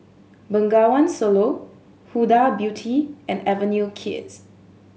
Bengawan Solo Huda Beauty and Avenue Kids